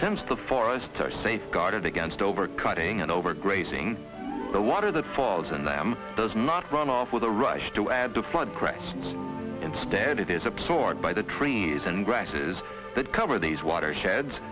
since the forester safeguard against over cutting and overgrazing the water that falls in them does not run off with a rush to add to flood crests instead it is absorbed by the trees and grasses that cover these watersheds